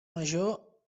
major